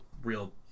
real